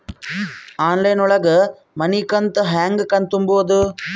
Online ಒಳಗ ಮನಿಕಂತ ಹ್ಯಾಂಗ ತುಂಬುದು?